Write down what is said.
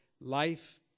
life